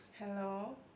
hello